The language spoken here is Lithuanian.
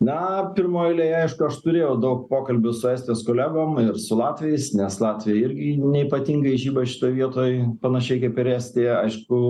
na pirmoj eilėj aišku aš turėjau daug pokalbių su estijos kolegom ir su latviais nes latviai irgi neypatingai žiba šitoj vietoj panašiai kaip ir estija aišku